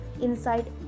inside